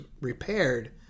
repaired